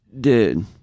Dude